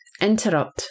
interrupt